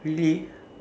really